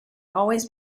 always